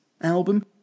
album